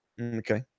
Okay